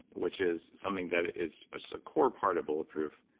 which is something that is a so core part of bulletproof.